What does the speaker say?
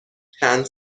چند